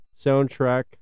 soundtrack